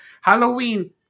Halloween